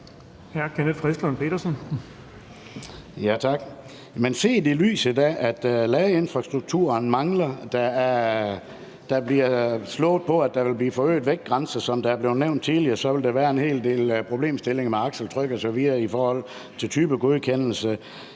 Petersen (DD): Tak. Men ladeinfrastrukturen mangler, og der bliver slået på, at vægtgrænsen vil blive forøget, som det er blevet nævnt tidligere, og så vil der være en hel del problemstillinger med akseltrykket i forhold til typegodkendelse.